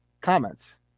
comments